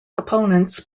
opponents